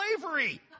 slavery